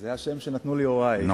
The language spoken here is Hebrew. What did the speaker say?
בבקשה,